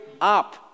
up